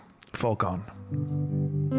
Falcon